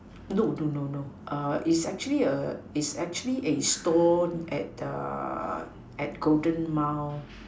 no no no no err its actually a its actually a stall at the at golden mile